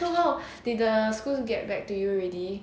so how did the school get back to you already